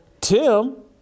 Tim